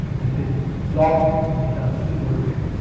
has been logged in terms of the gold grade.